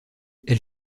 elle